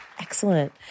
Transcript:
Excellent